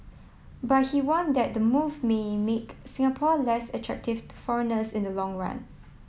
but he warned that the move may make Singapore less attractive to foreigners in the long run